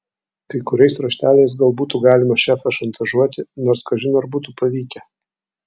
kai kuriais rašteliais gal būtų galima šefą šantažuoti nors kažin ar būtų pavykę